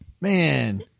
Man